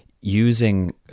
using